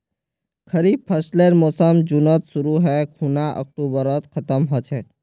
खरीफ फसलेर मोसम जुनत शुरु है खूना अक्टूबरत खत्म ह छेक